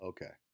Okay